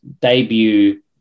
debut